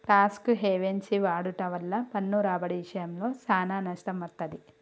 talks హెవెన్సి వాడుట వల్ల పన్ను రాబడి ఇశయంలో సానా నష్టం వత్తది